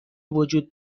وجود